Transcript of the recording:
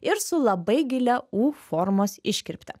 ir su labai gilia u formos iškirpte